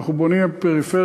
אנחנו בונים בפריפריה,